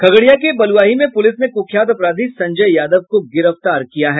खगड़िया के बलुआही में पुलिस ने कुख्यात अपराधी संजय यादव को गिरफ्तार किया है